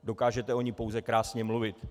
Dokážete o ní pouze krásně mluvit.